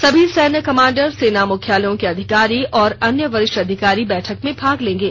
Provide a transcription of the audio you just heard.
सभी सैन्य कमांडर सेना मुख्यालयों के अधिकारी और अन्य वरिष्ठ अधिकारी बैठक में भाग लेंगे